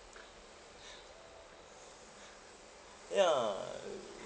ya